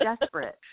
desperate